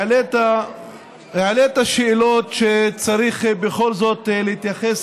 העלית שאלות שצריך בכל זאת להתייחס